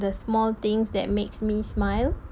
the small things that makes me smile